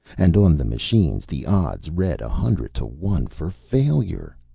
and on the machines the odds read a hundred to one for failure.